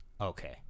Okay